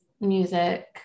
music